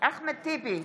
אחמד טיבי,